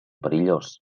perillós